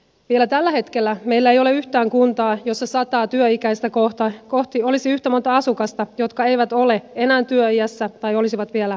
vielä tällä hetkellä meillä ei ole yhtään kuntaa jossa sataa työikäistä kohti olisi yhtä monta asukasta jotka eivät ole enää työiässä tai ovat vielä lapsia